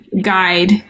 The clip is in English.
guide